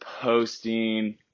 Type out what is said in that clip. posting